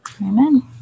Amen